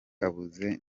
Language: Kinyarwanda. abuze